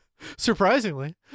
Surprisingly